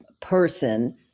person